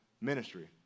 ministry